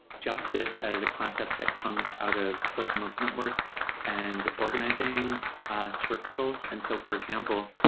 justice as a concept that comes out of social movement work and organizing circles. and so for example,